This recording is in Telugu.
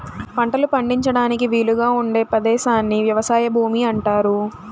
పంటలు పండించడానికి వీలుగా ఉండే పదేశాన్ని వ్యవసాయ భూమి అంటారు